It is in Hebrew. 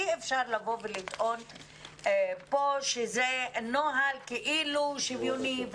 אי אפשר לבוא ולטעון פה שזה נוהל כאילו שוויוני.